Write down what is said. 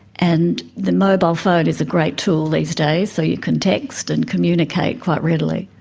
and the mobile phone is a great tool these days, so you can text and communicate quite readily.